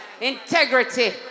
Integrity